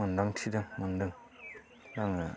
मोन्दांथिनो मोन्दों दा आङो